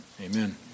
Amen